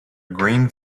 green